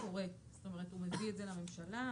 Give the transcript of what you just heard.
האם הוא מביא את זה לממשלה?